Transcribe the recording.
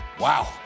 Wow